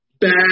bad